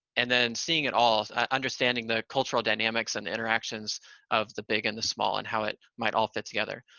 and then, seeing it all. understanding the cultural dynamics and the interactions of the big and the small and how it might all fit together.